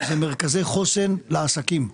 הם מרכזי חוסן לעסקים.